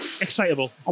excitable